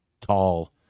tall